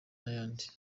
n’ayandi